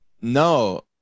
no